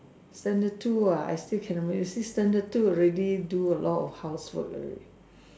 standard two ah I still can remember you see standard to already do a lot of housework already